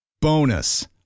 Bonus